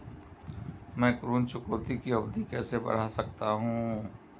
मैं ऋण चुकौती की अवधि कैसे बढ़ा सकता हूं?